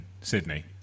Sydney